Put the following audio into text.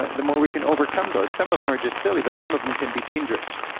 the more we can overcome those. some of them are just silly, but some of them can be dangerous.